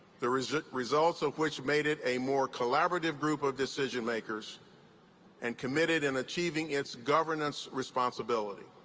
the results results of which made it a more collaborative group of decision-makers and committed in achieving its governance responsibilities.